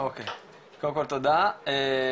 תודה רבה.